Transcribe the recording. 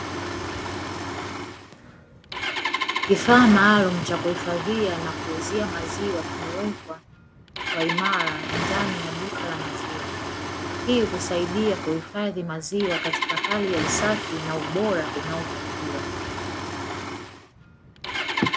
Kifaa maalumu cha kuhifadhia na kuuzia maziwa kimewekwa kwa uimara ndani ya duka la maziwa, hii husaidia kuhifadhi maziwa katika hali ya usafi na ubora unaotakiwa.